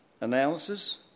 analysis